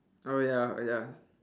oh ya oh ya